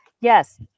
yes